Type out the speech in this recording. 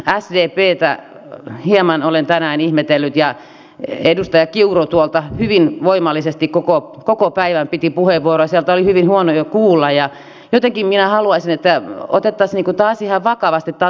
erityisesti sdptä hieman olen tänään ihmetellyt ja edustaja kiuru tuolta hyvin voimallisesti koko päivän piti puheenvuoroa sieltä oli hyvin huono jo kuulla ja jotenkin minä haluaisin että otettaisiin tämä asia ihan vakavasti tämä on tärkeä asia